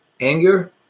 anger